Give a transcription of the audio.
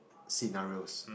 scenarios